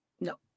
no